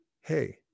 hey